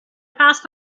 passed